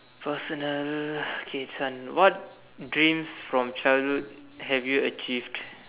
personal okay this one what dreams from childhood have you achieved